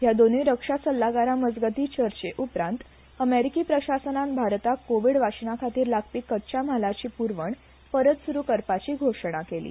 ह्या दोनूय रक्षा सल्लागारा मजगतीं चर्चे उपरांत अमेरिकी प्रशासनान भारताक कोवीड वाशिना खातीर लागपी कच्चा म्हालाची पुरवण परतून सुरू करपाची घोशणा केली